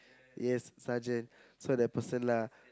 yes surgeon so that person lah